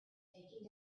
taking